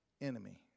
enemy